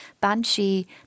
Banshee